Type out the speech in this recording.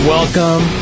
Welcome